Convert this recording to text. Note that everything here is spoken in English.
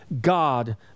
God